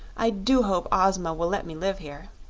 i do hope ozma will let me live here.